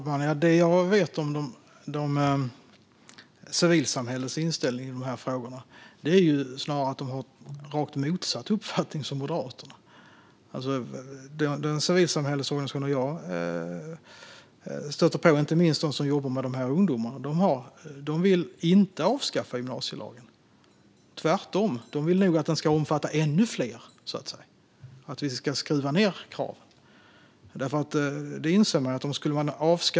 Fru talman! Det jag vet om civilsamhällets inställning i dessa frågor är snarare att civilsamhällets organisationer har rakt motsatt uppfattning i förhållande till Moderaterna. De civilsamhällesorganisationer som jag stöter på, inte minst de som jobbar med dessa ungdomar, vill inte avskaffa gymnasielagen - tvärtom. De vill nog att den ska omfatta ännu fler och att vi ska skruva ned kraven.